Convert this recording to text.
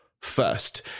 first